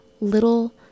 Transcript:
little